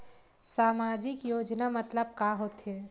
सामजिक योजना मतलब का होथे?